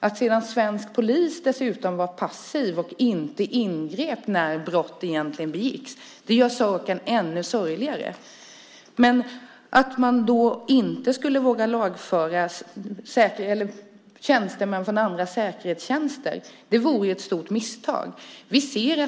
Att sedan svensk polis dessutom var passiv och inte ingrep när brotten begicks gör saken ännu sorgligare. Att inte våga lagföra tjänstemän från andra säkerhetstjänster vore ett stort misstag.